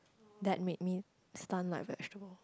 that make me stun like vegetable